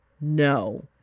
no